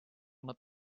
nad